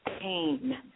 pain